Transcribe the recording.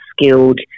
skilled